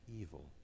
evil